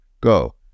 go